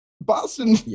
Boston